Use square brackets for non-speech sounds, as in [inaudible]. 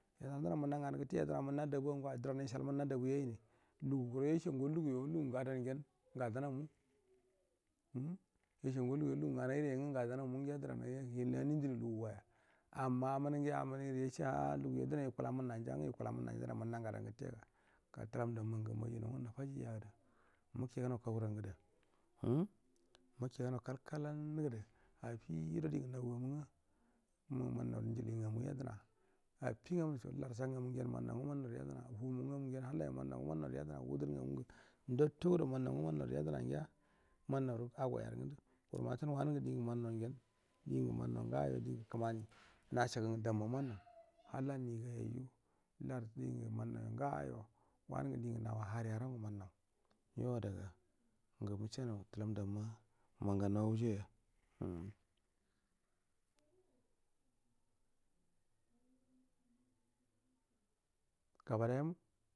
Watte yedna munna dabu wan nguwa dura na yishai munna dabu yani luga go yashe ngo luguyo gun ga dan ngen ngadanna mu um yashe ngo lug u yo lugun ganairi ngu nga dun na mugaya dura na yihin anindunilu guy a amma amu nun gu yamunu gudu yashe aa luguyo dunai yi kula munnan ja nga yikula munnanja ru munna nga dan gutte ga gatulam dam ma ngu maja nau nga nufaje jadu mukegu nau kauran gudu um muke gu nau kad kala n gudu affi gudo din gu nau gamu nga muman nau ra injici ngamu yedna off inga musha larsha larsha gamu ngen mannak nga man nauru yedna yiumu nga muingen halla yo man nau ngu man nau ro yedna wudur nga mun ngu ndatto do man nau nga nan nau ru yedna ngiya nman nauro ago yaru nga ndu [unintelligible] dingu man nawa ngasho dingu kmani nashagan ga damma nan nau halla mi gau [unintelligible] wazun ga din gu nau wa harua rongu man nau yo ada ga ngu mushe nautalam malamma muman ngan nau au jau ya u, gaba da ya ma.